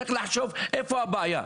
צריך לחשוב איפה הבעיה.